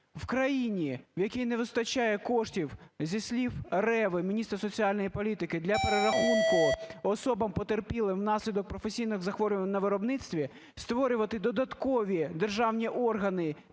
В країні, в якій не вистачає коштів, зі слів Реви, міністра соціальної політики, для перерахунку особам, потерпілим внаслідок професійних захворювань на виробництві, створювати додаткові державні органи